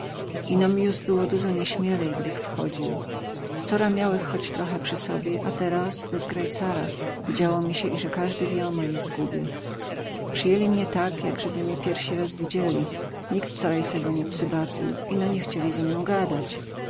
ino mi juz było duzo nieśmielej gdych wchodził wcora miałech choć trochę przy sobie a teraz bez grajcara widziało mi sie ize kazdy wie o mojej zgubie przyjęli mie tak jakzeby mie piersy raz widzieli nik wcorajsego nie przybacył ino nie chcieli ze mną gadać